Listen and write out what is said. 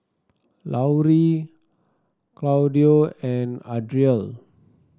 Laurie Claudio and Adriel